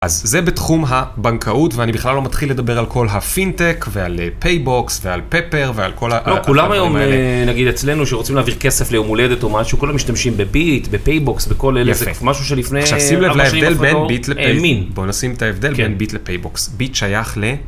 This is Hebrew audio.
אז זה בתחום הבנקאות ואני בכלל לא מתחיל לדבר על כל הפינטק ועל פייבוקס ועל פפר ועל כל הכל. כולם היום נגיד אצלנו שרוצים להעביר כסף ליום הולדת או משהו, כולם משתמשים בביט, בפייבוקס, בכל אלה, איזה משהו שלפני ארבע שנים אף אחד לא האמין. בוא נשים את ההבדל בין ביט לפייבוקס. ביט שייך ל...